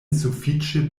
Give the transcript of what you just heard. sufiĉe